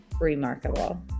remarkable